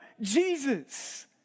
Jesus